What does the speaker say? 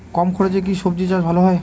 কম খরচে কি সবজি চাষ ভালো হয়?